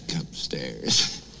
upstairs